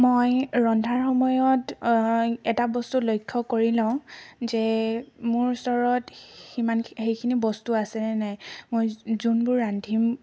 মই ৰন্ধাৰ সময়ত এটা বস্তু লক্ষ্য কৰি লওঁ যে মোৰ ওচৰত সিমান সেইখিনি বস্তু আছেনে নাই মই যোনবোৰ ৰান্ধিম